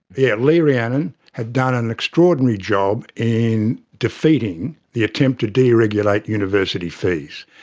yeah, lee rhiannon had done an extraordinary job in defeating the attempt to deregulate university fees,